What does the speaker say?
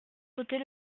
sauter